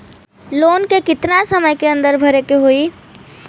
Loan के कितना समय के अंदर भरे के होई?